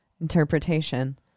interpretation